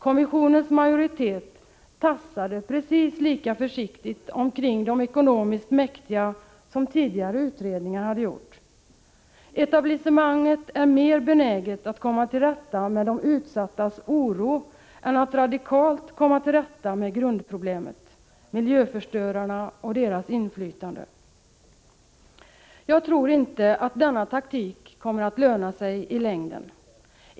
Kommissionens majoritet tassade precis lika försiktigt omkring de ekonomiskt mäktiga som tidigare utredningar hade gjort. Etablissemanget är mer benäget att komma till rätta med de utsattas oro än att radikalt komma till rätta med grundproblemet, miljöförstörarna och deras inflytande. Jag tror inte att denna taktik kommer att löna sig i längden.